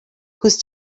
whose